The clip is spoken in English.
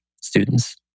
students